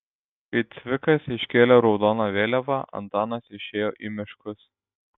kai cvikas iškėlė raudoną vėliavą antanas išėjo į miškus